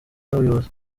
n’ubuyobozi